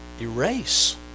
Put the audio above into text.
erase